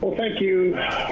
thank you,